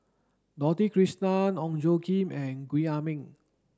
Dorothy Krishnan Ong Tjoe Kim and Gwee Ah Leng